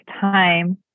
time